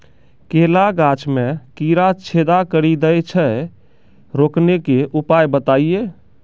केला गाछ मे कीड़ा छेदा कड़ी दे छ रोकने के उपाय बताइए?